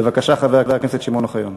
בבקשה, חבר הכנסת שמעון אוחיון.